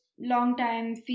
longtime